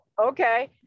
okay